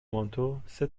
مانتو، سه